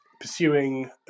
pursuing